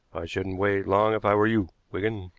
shouldn't wait long if i were you, wigan.